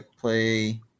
play